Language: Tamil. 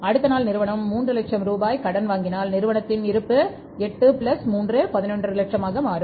அடுத்த நாள் நிறுவனம் 3 லட்சம் ரூபாய் கடன் வாங்கினால் நிறுவனத்தின் இருப்பு 11 லட்சமாக மாறும்